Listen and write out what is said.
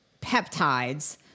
peptides